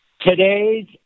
Today's